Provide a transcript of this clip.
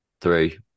three